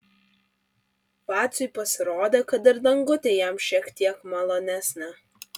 vaciui pasirodė kad ir dangutė jam šiek tiek malonesnė